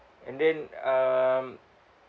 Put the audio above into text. and then um